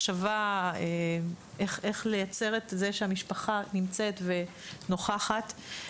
לחשוב איך לייצר מצב שהמשפחה נמצאת ונוכחת.